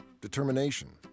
determination